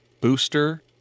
booster